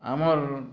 ଆମର୍